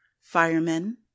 firemen